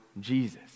Jesus